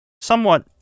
somewhat